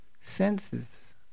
senses